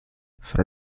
fra